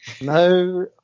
No